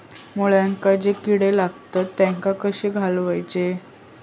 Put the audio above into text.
मुळ्यांका जो किडे लागतात तेनका कशे घालवचे?